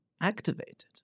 activated